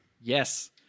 Yes